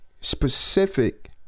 specific